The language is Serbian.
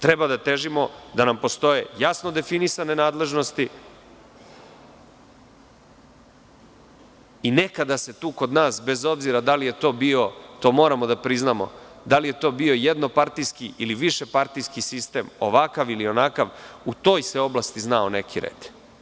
Treba da težimo da nam postoje jasno definisane nadležnosti i nekada se tu kod nas, bez obzira da li je to bio, to moramo da priznamo, da li je to bio jednopartijski ili višepartijski sistem, ovakav ili onakav, u toj se oblasti znao neki red.